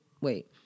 wait